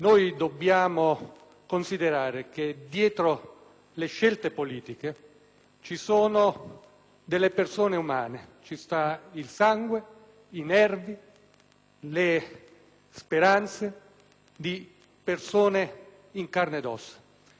ci sono delle persone umane, ci sono il sangue, i nervi, le speranze di persone in carne ed ossa. In questi giorni tutti hanno assunto delle decisioni politiche